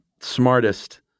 smartest